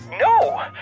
No